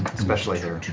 especially here.